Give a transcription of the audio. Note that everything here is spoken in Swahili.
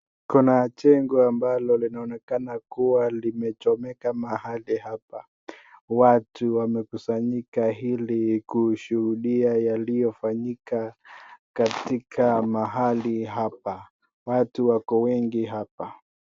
Kuna jengo ambalo linaonekana kuwa limechomeka mahali hapa. Watu wamekusanyika ili kushuhudia yaliyofanyika katika mahali hapa, watu wako wengi hapa.